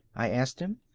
i asked him.